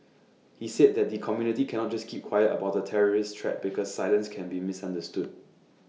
he said that the community cannot just keep quiet about the terrorist threat because silence can be misunderstood